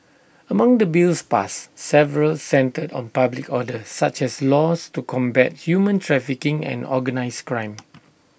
among the bills passed several centred on public order such as laws to combat human trafficking and organised crime